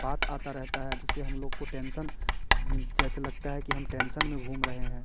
बात आता रहता है जिससे हम लोग को टेंशन जैसे लगता है कि हम टेंशन में घूम रहे हैं